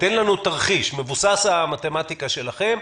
תן לנו תרחיש מבוסס על המתמטיקה שלכם,